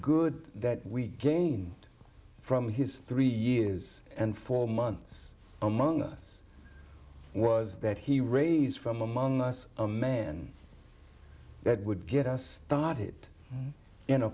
good that we gained from his three years and four months among us was that he raised from among us a man that would get us started in a